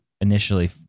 initially